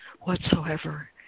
whatsoever